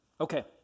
Okay